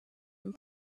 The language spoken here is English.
and